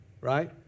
right